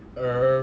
earth